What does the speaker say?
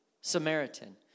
Samaritan